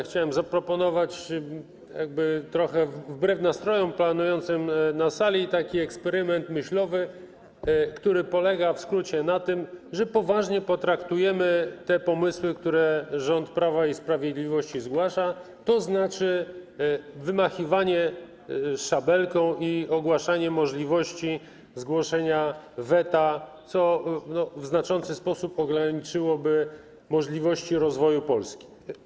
Chciałem zaproponować trochę wbrew nastrojom panującym na sali taki eksperyment myślowy, który polega w skrócie na tym, że poważnie potraktujemy te pomysły, które rząd Prawa i Sprawiedliwości zgłasza, tzn. wymachiwanie szabelką i ogłaszanie możliwości zgłoszenia weta, co w znaczący sposób ograniczyłoby możliwości rozwoju Polski.